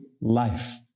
life